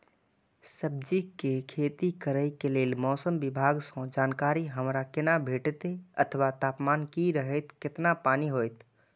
सब्जीके खेती करे के लेल मौसम विभाग सँ जानकारी हमरा केना भेटैत अथवा तापमान की रहैत केतना पानी होयत?